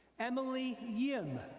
emily yim,